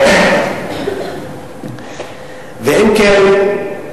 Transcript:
אם כן,